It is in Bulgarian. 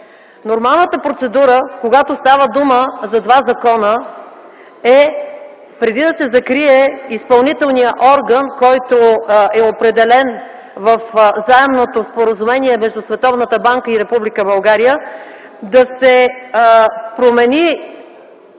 Нормалната процедура, когато става дума за два закона, е, преди да се закрие изпълнителният орган, който е определен в Заемното споразумение между Световната